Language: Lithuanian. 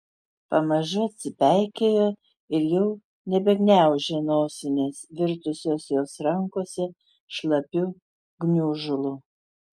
pamažu atsipeikėjo ir jau nebegniaužė nosinės virtusios jos rankose šlapiu gniužulu